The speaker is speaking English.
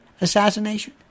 assassination